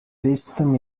system